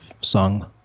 sung